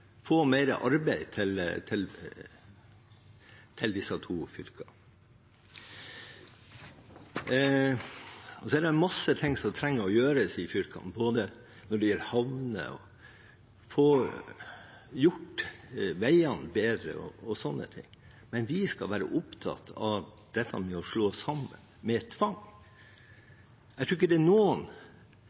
få mer arbeid til disse to fylkene. Det er mye som trenger å gjøres i fylkene, både når det gjelder havner og å få gjort veiene bedre, og slike ting. Men vi skal være opptatt av dette med å slå sammen med tvang. Jeg tror ikke det er noen – det er ingen – som ønsker å bruke tvang når man skal slå sammen noen.